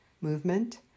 movement